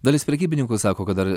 dalis prekybininkų sako kad dar